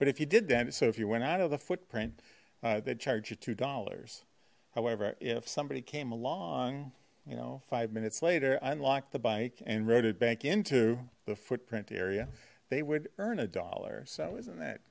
but if you did that so if you went out of the footprint that charged you two dollars however if somebody came along you know five minutes later unlocked the bike and wrote it back into the footprint area they would earn a dollar so isn't that